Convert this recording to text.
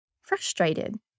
frustrated